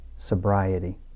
sobriety